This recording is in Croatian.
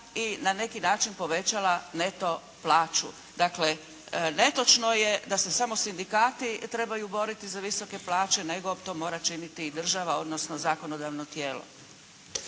i na neki način povećala neto plaću. Dakle, netočno je da se samo sindikati trebaju boriti za visoke plaće nego to mora činiti i država odnosno zakonodavno tijelo.